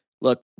Look